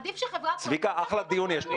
עדיף שחברה פרטית תעקוב אחרי האזרחים?